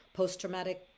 post-traumatic